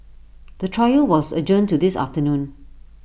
the trial was adjourned to this afternoon